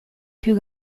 più